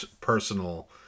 personal